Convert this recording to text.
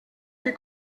que